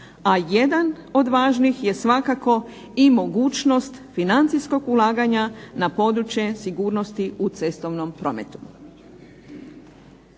a jedan od važnih je svakako i mogućnost financijskog ulaganja na područje sigurnosti u cestovnom prometu.